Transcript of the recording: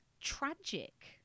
tragic